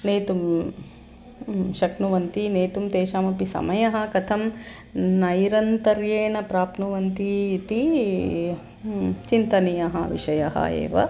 नेतुं शक्नुवन्ति नेतुं तेषामपि समयः कथं नैरन्तर्येण प्राप्नुवन्ति इति चिन्तनीयः विषयः एव